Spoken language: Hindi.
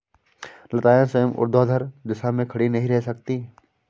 लताएं स्वयं ऊर्ध्वाधर दिशा में खड़ी नहीं रह सकती